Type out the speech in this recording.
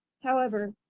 however,